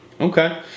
okay